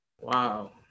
Wow